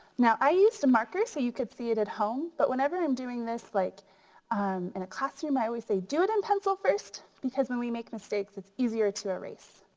now i used a marker so you could see it at home. but whenever you're um doing this like in a classroom i always say do it in pencil first. because when we make mistakes it's easier to erase.